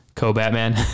Co-Batman